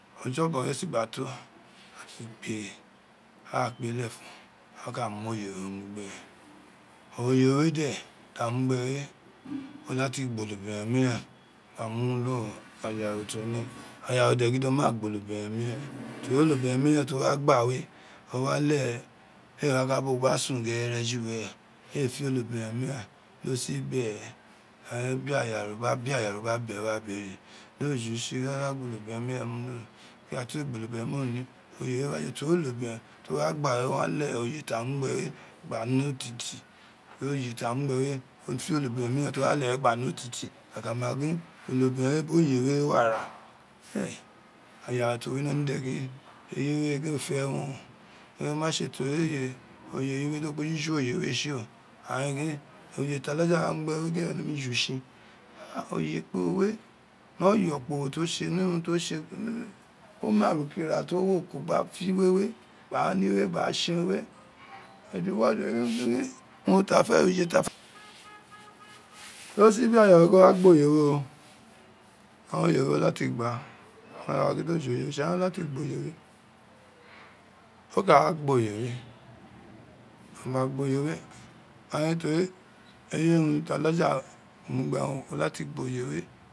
Ojobon we si gba a kpe lefen aka mu oye we mu gbe we o lati gbe olobiren miren gba mulu aya ro to ne aye ro de gin do wo gba onobiren miren teri onobiren miren ko wa gba we owa leghe ie wa ka bo gba sun ghere juwere éé fe onobiren miren dọ si be aghan be aga ro gba be aya ro gba be wa be re dọ jutse da ka gba onobiren miren gin ira ti wéé gba onobiren miren mu lu oye we wa teri onobiren to wa gba we o wa leghe oye fa mu gbe we gba ne otifi gin oye ta ma gbe ne ofe onobiren miren ta wa leghe gba ne otifi, a ka ma gin onobiren we biri oye we wo ara aya ro to wi iloli de gin wéé fe wun gin oma tse teri oye eyi we do kpejọ ju oye we tsi o ai gin oye ti alaja wa mughe gin wéé nemi juts, oye kporo we nọ yọ kporo to tse ni urun to tse o ma aruka ir a to wo ko gba fe iwe we gba ra ne iwe gba ra tse urun we do si be aya ro do gin wo wà gba oye we o ain oye we o lati gba aya no gin do jutsi o la ti gba oye we. o gba gbo ye we ama o gba gbo ye we ain teri eyi urun ti alaja mu gbe wun o lati gba oye we